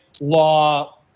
law